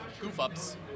goof-ups